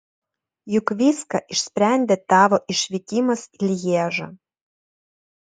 juk viską išsprendė tavo išvykimas į lježą